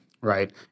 right